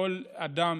כל אדם